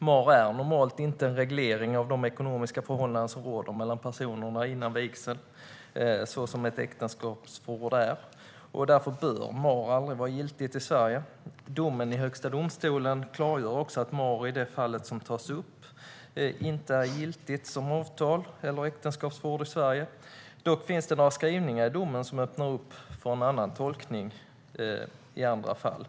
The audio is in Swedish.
Mahr är normalt inte en reglering av de ekonomiska förhållanden som råder mellan personerna före vigseln, vilket är fallet med ett äktenskapsförord. Därför bör mahr aldrig vara giltigt i Sverige. Domen i Högsta domstolen klargör också att mahr i det fall som tas upp inte är giltigt som avtal eller som äktenskapsförord i Sverige. Dock finns det några skrivningar i domen som öppnar upp för en annan tolkning i andra fall.